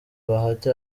bahati